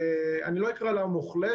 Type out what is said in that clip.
אני לא אקרא לה המוחלשת,